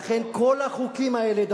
בשביל זה בחרו אותנו בבחירות.